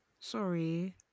Sorry